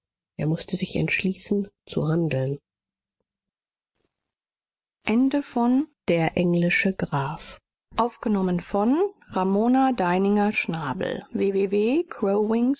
er mußte sich entschließen zu handeln